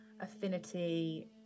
affinity